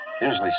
Usually